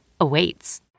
awaits